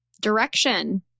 Direction